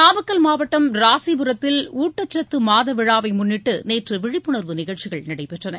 நாமக்கல் மாவட்டம் ராசிபுரத்தில் ஊட்டச்சத்து மாத விழாவை முன்னிட்டு நேற்று விழிப்புணர்வு நிகழ்ச்சிகள் நடைபெற்றன